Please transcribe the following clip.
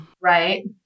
right